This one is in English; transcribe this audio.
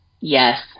Yes